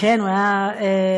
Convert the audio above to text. כן, הוא היה סגן-אלוף.